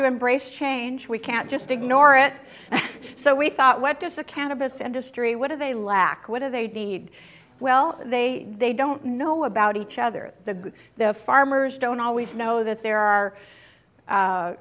to embrace change we can't just ignore it and so we thought what does the cannabis industry what do they lack what do they do need well they they don't know about each other the good the farmers don't always know that there are